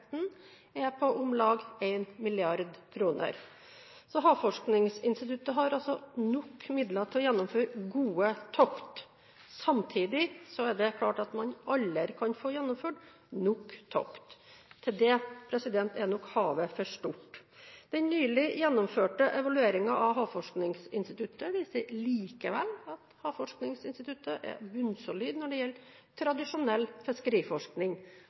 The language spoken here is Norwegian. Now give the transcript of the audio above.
er på om lag 1 mrd. kr. Havforskningsinstituttet har altså nok midler til å gjennomføre gode tokt. Samtidig er det klart at man aldri kan få gjennomført nok tokt. Til det er havet for stort. Den nylig gjennomførte evalueringen av Havforskningsinstituttet viser likevel at de er bunnsolide når det gjelder tradisjonell fiskeriforskning.